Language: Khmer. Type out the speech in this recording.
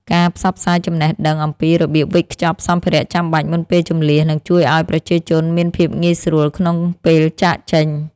ការផ្សព្វផ្សាយចំណេះដឹងអំពីរបៀបវេចខ្ចប់សម្ភារៈចាំបាច់មុនពេលជម្លៀសនឹងជួយឱ្យប្រជាជនមានភាពងាយស្រួលក្នុងពេលចាកចេញ។